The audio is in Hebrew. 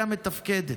היא המתפקדת.